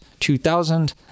2000